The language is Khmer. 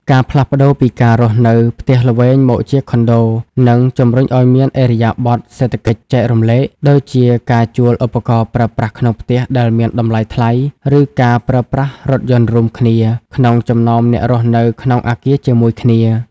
ការផ្លាស់ប្តូរពីការរស់នៅផ្ទះល្វែងមកជាខុនដូ នឹងជម្រុញឱ្យមានឥរិយាបថ "សេដ្ឋកិច្ចចែករំលែក" ដូចជាការជួលឧបករណ៍ប្រើប្រាស់ក្នុងផ្ទះដែលមានតម្លៃថ្លៃ ឬការប្រើប្រាស់រថយន្តរួមគ្នា ក្នុងចំណោមអ្នករស់នៅក្នុងអាគារជាមួយគ្នា។